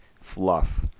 fluff